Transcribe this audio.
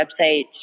website